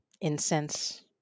incense